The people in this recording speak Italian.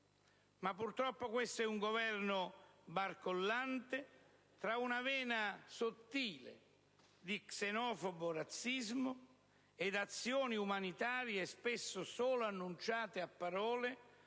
però, questo è un Governo barcollante tra una vena sottile di xenofobo razzismo e azioni umanitarie spesso solo annunciate a parole,